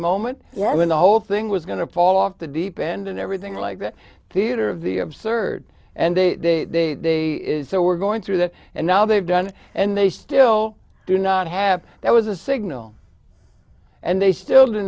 moment when the whole thing was going to fall off the deep end and everything like the theatre of the absurd and they so were going through that and now they've done and they still do not have that was a signal and they still do